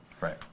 Right